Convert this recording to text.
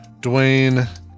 Dwayne